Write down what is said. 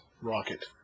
Rocket